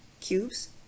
cubes